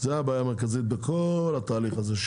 זו הבעיה המרכזית בכל התהליך הזה,